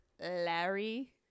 Larry